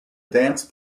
dance